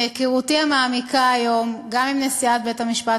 מהיכרותי המעמיקה היום גם עם נשיאת בית-המשפט